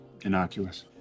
innocuous